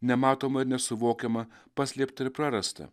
nematoma nesuvokiama paslėpta ir prarasta